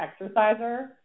exerciser